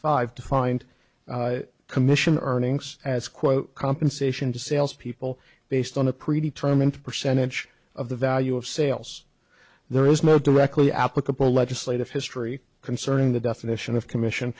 five to find commission earnings as quote compensation to sales people based on a predetermined percentage of the value of sales there is more directly applicable legislative history concerning the definition of commission